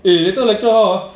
eh later lecture how ah